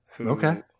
Okay